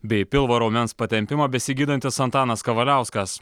bei pilvo raumens patempimą besigydantis antanas kavaliauskas